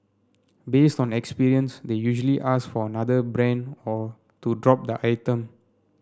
based on experience they usually ask for another brand or to drop the item